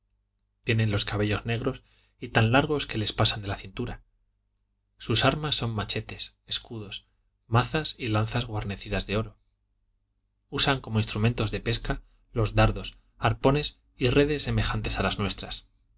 tienen los cabellos negros y tan largos que les pasan de la cintura sus armas son machetes escudos mazas y lanzas guarnecidas de oro usan como instrumentos de pesca los dardos arcones y redes semejantes a las